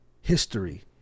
history